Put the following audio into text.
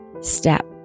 step